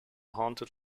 haunted